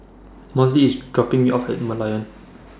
Mossie IS dropping Me off At Merlion